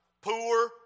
Poor